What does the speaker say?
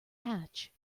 hatch